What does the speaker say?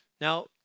Now